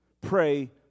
Pray